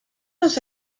los